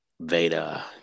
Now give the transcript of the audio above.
Veda